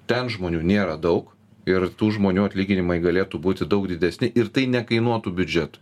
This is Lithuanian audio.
ten žmonių nėra daug ir tų žmonių atlyginimai galėtų būti daug didesni ir tai nekainuotų biudžet